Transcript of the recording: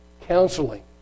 counseling